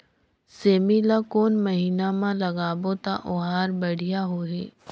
सेमी ला कोन महीना मा लगाबो ता ओहार बढ़िया होही?